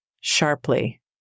sharply